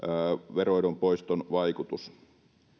veroedun poiston vaikutus